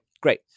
great